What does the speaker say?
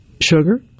sugar